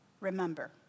remember